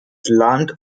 land